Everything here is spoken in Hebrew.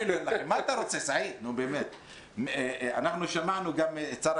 אנחנו מחזיקים אצבעות,